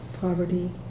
poverty